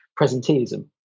presenteeism